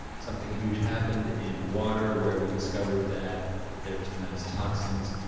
something huge happened in water where we discovered that there are tremendous toxins,